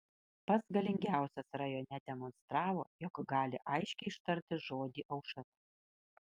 pats galingiausias rajone demonstravo jog gali aiškiai ištarti žodį aušra